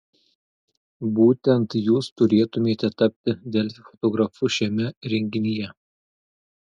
būtent jūs turėtumėte tapti delfi fotografu šiame renginyje